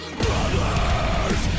brothers